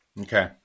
Okay